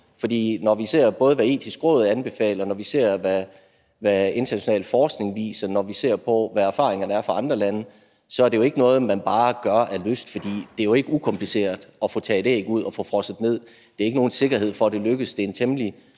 For når vi ser på, hvad både Det Etiske Råd anbefaler; når vi ser, hvad international forskning viser; når vi ser på, hvad erfaringerne er fra andre lande, så er det jo ikke noget, man bare gør af lyst, for det er jo ikke ukompliceret at få taget æg ud og få frosset dem ned. Der er ikke nogen sikkerhed for, at det lykkes.